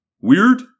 Weird